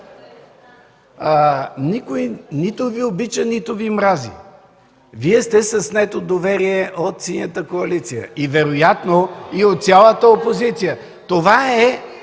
Никой нито Ви обича, нито Ви мрази. Вие сте със снето доверие от Синята коалиция и вероятно и от цялата опозиция. (Шум и